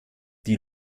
die